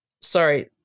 sorry